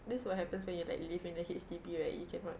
this is what happens when you like live in a H_D_B right you cannot